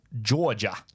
Georgia